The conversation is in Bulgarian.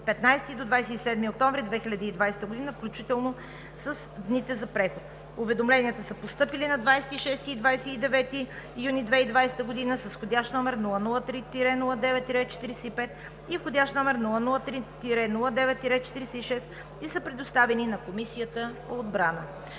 15-и до 27 октомври 2020 г. включително с дните за преход. Уведомленията са постъпили на 26-и и 29 юни 2020 г. с вх. № 003-09-45 и вх. № 003‑09‑46 и са предоставени на Комисията по отбрана.